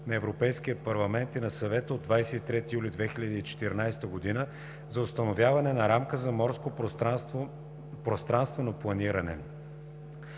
на Европейския парламент и на Съвета от 23 юли 2014 г. за установяване на рамка за морско пространствено планиране.